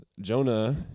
Jonah